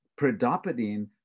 predopidine